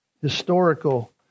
Historical